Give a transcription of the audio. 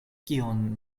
kion